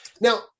Now